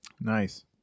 Nice